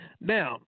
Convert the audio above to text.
Now